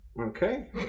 Okay